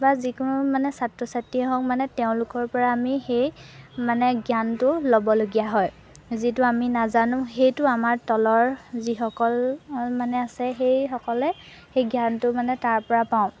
বা যিকোনো মানে ছাত্ৰ ছাত্ৰী হওক মানে তেওঁলোকৰ পৰা আমি সেই মানে জ্ঞানটো ল'বলগীয়া হয় যিটো আমি নাজানো সেইটো আমাৰ তলৰ যিসকল মানে আছে সেইসকলে সেই জ্ঞানটো মানে তাৰ পৰা পাওঁ